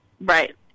Right